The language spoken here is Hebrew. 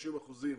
30 אחוזים